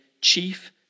chief